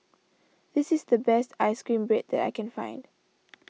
this is the best Ice Cream Bread that I can find